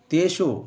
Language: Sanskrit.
तेषु